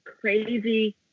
crazy